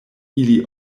ili